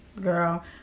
Girl